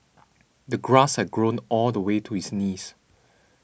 the grass had grown all the way to his knees